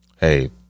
Hey